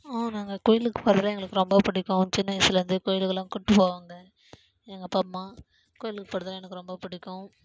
நாங்கள் கோயிலுக்கு போகிறதுலாம் எங்களுக்கு ரொம்ப பிடிக்கும் சின்ன வயதிலேருந்து கோயிலுக்கெல்லாம் கூட்டிகிட்டு போவாங்க எங்கள் அப்பா அம்மா கோயிலுக்கு போகிறதுனா எனக்கு ரொம்ப பிடிக்கும்